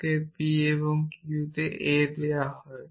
কাউকে p এবং q এর a দেওয়া হয়